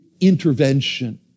intervention